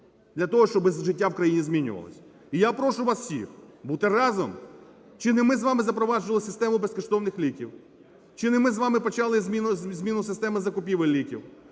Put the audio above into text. для того, щоб життя в країні змінювалось. І я прошу вас всіх бути разом. Чи не ми з вами запроваджували систему безкоштовних ліків? Чи не ми з вами почали зміну системи закупівель ліків?